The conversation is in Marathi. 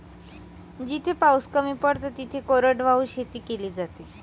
जिथे पाऊस कमी पडतो तिथे कोरडवाहू शेती केली जाते